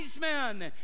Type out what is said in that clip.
men